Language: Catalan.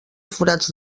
forats